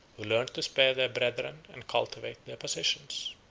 who learned to spare their brethren and cultivate their possessions.